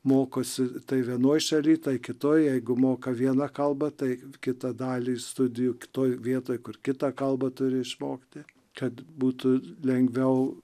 mokosi tai vienoj šaly tai kitoj jeigu moka vieną kalbą tai kitą dalį studijų kitoj vietoj kur kitą kalbą turi išmokti kad būtų lengviau